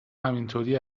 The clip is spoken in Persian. همینطوری